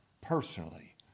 personally